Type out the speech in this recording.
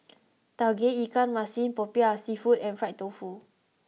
Tauge Ikan Masin Popiah Seafood and Fried Tofu